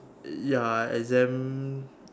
ya exam